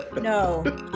No